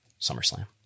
SummerSlam